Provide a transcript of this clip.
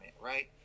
right